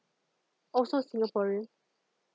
also singaporean